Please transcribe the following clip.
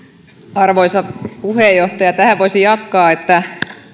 arvoisa puheenjohtaja tähän voisi jatkaa että